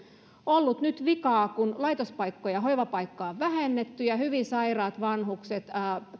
ollut nyt vikaa kun laitospaikkoja hoivapaikkoja on vähennetty ja kun hyvin sairaat vanhukset jotka